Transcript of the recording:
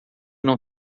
não